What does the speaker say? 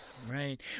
Right